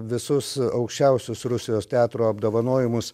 visus aukščiausius rusijos teatro apdovanojimus